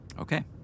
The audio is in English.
Okay